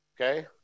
Okay